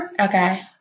Okay